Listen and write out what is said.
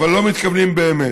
אבל לא מתכוונים באמת.